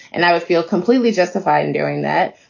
and i would feel completely justified in doing that.